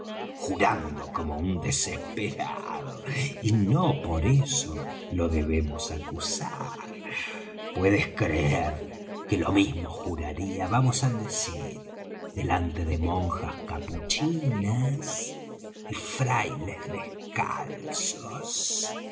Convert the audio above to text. jurando como un desesperado y no por eso lo debemos acusar puedes creer que lo mismo juraría vamos al decir delante de monjas capuchinas y frailes descalzos